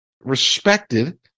respected